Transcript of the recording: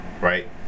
right